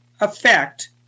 effect